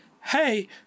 hey